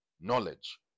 Knowledge